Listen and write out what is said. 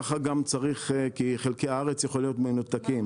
ככה גם צריך, כי חלקי הארץ יכולים להיות מנותקים.